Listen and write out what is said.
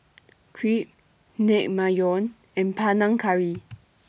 Crepe Naengmyeon and Panang Curry